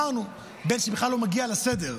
אמרנו, בן שבכלל לא מגיע לסדר,